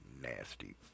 Nasty